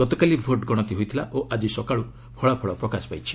ଗତକାଲି ଭୋଟ୍ ଗଣତି ହୋଇଥିଲା ଓ ଆଜି ସକାଳୁ ଫଳାଫଳ ପ୍ରକାଶ ପାଇଛି